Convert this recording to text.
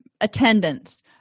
attendance